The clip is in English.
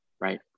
right